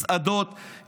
מסעדות,